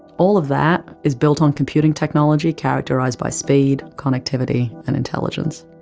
all of that is built on computing technology characterised by speed, connectivity and intelligence.